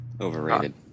overrated